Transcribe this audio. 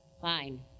Fine